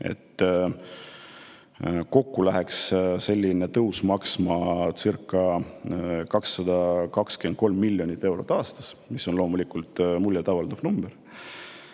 kokku läheks selline tõus maksmacirca223 miljonit eurot aastas, mis on loomulikult muljet avaldav number: